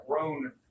grown